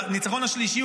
הניצחון השלישי,